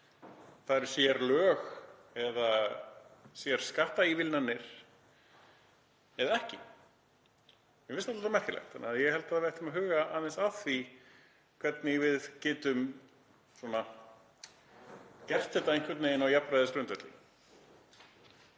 það eru sérlög eða sérskattaívilnanir eða ekki. Mér finnst það dálítið merkilegt þannig að ég held að við ættum að huga aðeins að því hvernig við getum gert þetta einhvern veginn á jafnræðisgrundvelli.